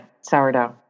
sourdough